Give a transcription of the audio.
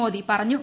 മോദി പറഞ്ഞു